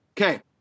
okay